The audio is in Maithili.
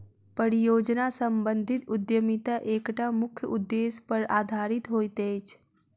परियोजना सम्बंधित उद्यमिता एकटा मुख्य उदेश्य पर आधारित होइत अछि